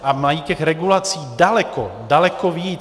A mají těch regulací daleko, daleko víc.